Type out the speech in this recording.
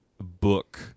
book